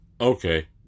Okay